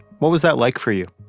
what was that like for you?